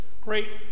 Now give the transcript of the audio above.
great